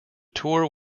tour